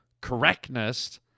correctness